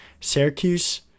Syracuse